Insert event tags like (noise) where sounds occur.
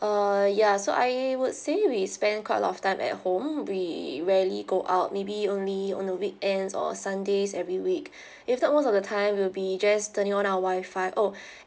uh ya so I would say we spend quite a lot of time at home we rarely go out maybe only on the weekends or sundays every week (breath) if not most of the time we'll be just turning on our wi-fi oh (breath)